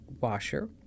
washer